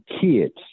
kids